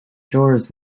doors